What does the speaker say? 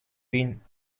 been